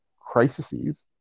crises